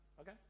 Okay